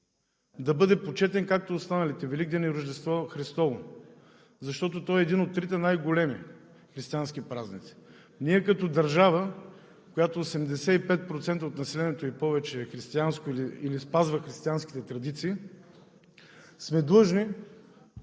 да бъде почетен, както останалите – Великден и Рождество Христово, защото той е един от трите най-големи християнски празници. Ние като държава, в която 85% от населението и повече е християнско или спазва християнските традиции, сме длъжни